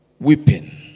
weeping